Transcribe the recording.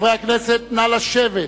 חברי הכנסת, נא לשבת.